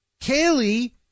Kaylee